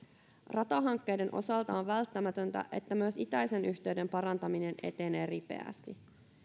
ratahankkeiden osalta on välttämätöntä että myös itäisen yhteyden parantaminen etenee ripeästi